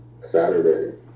Saturday